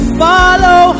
follow